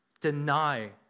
deny